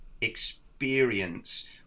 experience